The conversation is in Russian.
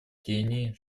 кении